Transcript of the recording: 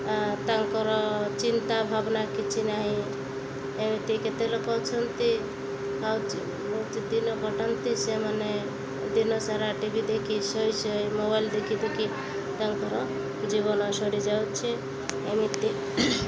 ତାଙ୍କର ଚିନ୍ତା ଭାବନା କିଛି ନାହିଁ ଏମିତି କେତେ ଲୋକ ଅଛନ୍ତି ଆଉ ବହୁତ ଦିନ ଖଟନ୍ତି ସେମାନେ ଦିନସାରା ଟି ଭି ଦେଖି ଶୋଇଶୋଇ ମୋବାଇଲ୍ ଦେଖି ଦେଖି ତାଙ୍କର ଜୀବନ ସରି ଯାଉଛି ଏମିତି